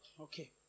Okay